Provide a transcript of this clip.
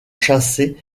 chassé